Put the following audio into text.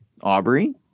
Aubrey